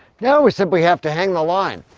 yeah we simply have to hang the line.